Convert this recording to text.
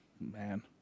man